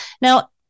Now